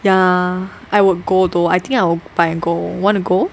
ya I will go though I think I will buy and go want to go